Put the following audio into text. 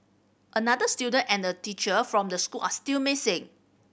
another student and a teacher from the school are still missing